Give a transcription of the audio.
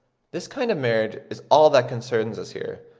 this kind of marriage is all that concerns us here,